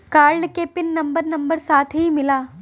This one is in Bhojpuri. कार्ड के पिन नंबर नंबर साथही मिला?